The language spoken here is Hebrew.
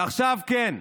ועכשיו כן,